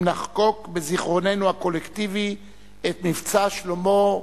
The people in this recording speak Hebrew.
נחקוק בזיכרוננו הקולקטיבי את "מבצע שלמה"